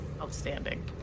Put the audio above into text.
Outstanding